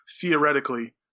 theoretically